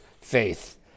faith